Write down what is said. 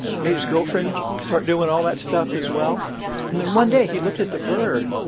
and made his girlfriend start doing all that stuff as well and then one day, he looked at the bird,